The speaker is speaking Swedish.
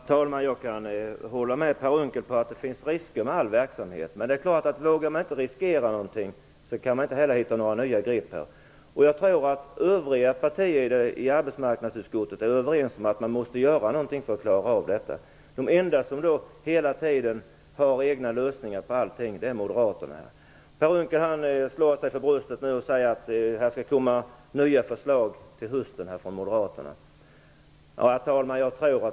Herr talman! Jag kan hålla med Per Unckel om att det finns risker med all verksamhet. Men vågar man inte riskera någonting kan man inte heller hitta några nya grepp. Jag tror att övriga partier i arbetsmarknadsutskottet är överens om att man måste göra något för att klara av detta. De enda som hela tiden har egna lösningar på allting är Moderaterna. Per Unckel slår sig nu för bröstet och säger att det till hösten skall komma nya förslag från Moderaterna.